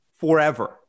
forever